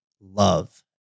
love